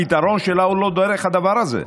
הפתרון שלה הוא לא דרך הדבר הזה,